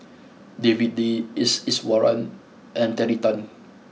David Lee S Iswaran and Terry Tan